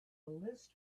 list